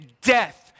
death